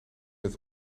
met